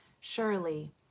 Surely